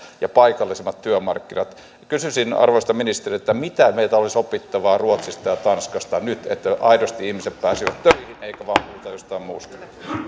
ja paikallisemmat työmarkkinat kysyisin arvoisalta ministeriltä mitä meillä olisi opittavaa ruotsista ja tanskasta nyt että aidosti ihmiset pääsisivät töihin eikä vain puhuta jostain muusta